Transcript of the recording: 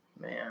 Man